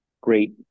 great